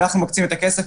אנחנו מקצים את הכסף,